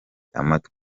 amatwi